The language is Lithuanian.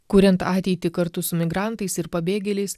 kuriant ateitį kartu su migrantais ir pabėgėliais